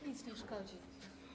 Nic nie szkodzi.